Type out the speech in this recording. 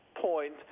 point